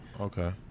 Okay